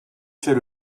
fait